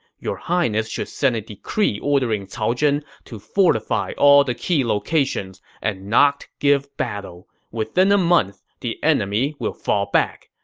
your highness should send a decree ordering cao zhen to fortify all the key locations and not give battle. within a month, the enemy will fall back.